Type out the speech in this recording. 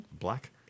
black